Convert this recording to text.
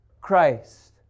Christ